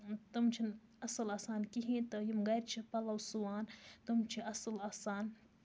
تِم چھِ نہٕ اَصٕل آسان کِہیٖنۍ تہٕ یِم گرِ چھِ پَلو سُوان تِم چھِ اَصٕل آسان